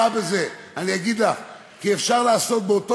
אני אגיד לך מה רע בזה.